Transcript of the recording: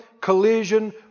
collision